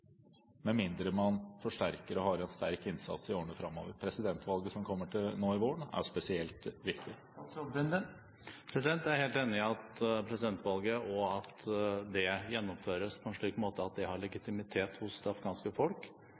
med mindre man forsterker og har en sterk innsats i årene framover? Presidentvalget som kommer nå til våren, er spesielt viktig. Jeg er helt enig i at presidentvalget – og at det gjennomføres på en slik måte at det har legitimitet hos det afghanske folk